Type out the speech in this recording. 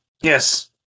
Yes